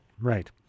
Right